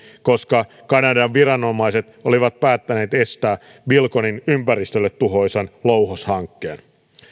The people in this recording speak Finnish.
koska kanadan viranomaiset olivat päättäneet estää bilconin ympäristölle tuhoisan louhoshankkeen